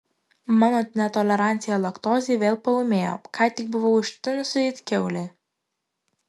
mano netolerancija laktozei vėl paūmėjo ką tik buvau ištinusi it kiaulė